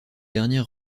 dernière